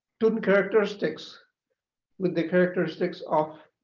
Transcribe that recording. student characteristics with the characteristics of